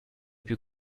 più